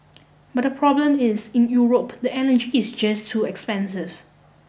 but the problem is in Europe the energy is just too expensive